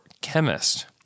chemist